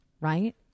right